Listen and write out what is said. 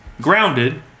grounded